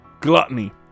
Gluttony